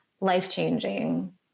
life-changing